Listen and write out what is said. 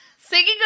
Singing